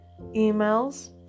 emails